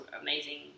amazing